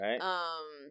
Right